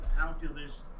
outfielders